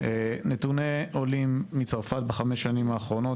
נתוני עולים מצרפת בחמש השנים האחרונות,